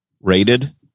rated